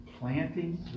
planting